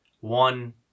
one